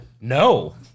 No